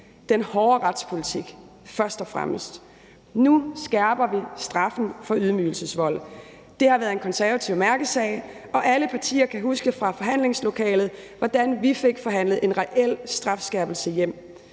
den hårde retspolitik. Nu skærper vi straffen for ydmygelsesvold. Det har været en konservativ mærkesag, og alle partier kan huske fra forhandlingslokalet, hvordan vi fik forhandlet en reel strafskærpelse hjem.